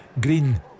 green